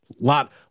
lot